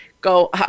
go